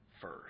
first